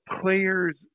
players